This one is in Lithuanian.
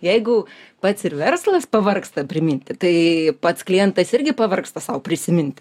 jeigu pats ir verslas pavargsta priminti tai pats klientas irgi pavargsta sau prisiminti